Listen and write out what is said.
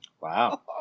Wow